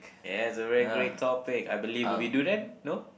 yes a very great topic I believe would be durian no